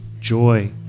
joy